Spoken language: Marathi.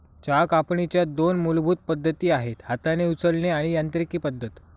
चहा कापणीच्या दोन मूलभूत पद्धती आहेत हाताने उचलणे आणि यांत्रिकी पद्धत